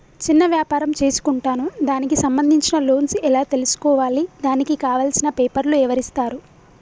చిన్న వ్యాపారం చేసుకుంటాను దానికి సంబంధించిన లోన్స్ ఎలా తెలుసుకోవాలి దానికి కావాల్సిన పేపర్లు ఎవరిస్తారు?